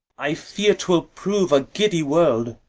i fear twill prove a giddy world.